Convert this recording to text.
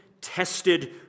tested